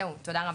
זהו, תודה רבה.